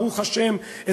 ברוך השם,